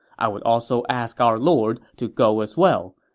i'd also ask our lord to go as well.